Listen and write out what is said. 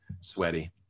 sweaty